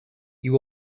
you